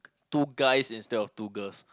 two guys instead of two girls